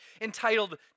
entitled